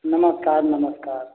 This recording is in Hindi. नमस्कार नमस्कार